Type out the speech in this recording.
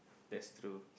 that's true